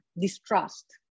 distrust